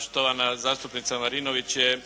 Štovana zastupnica Marinović je